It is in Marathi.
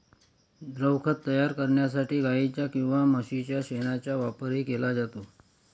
द्रवखत तयार करण्यासाठी गाईच्या किंवा म्हशीच्या शेणाचा वापरही केला जातो